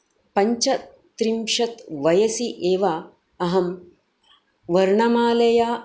पञ्चत्रिंशत् वयसि एव अहं वर्णमालया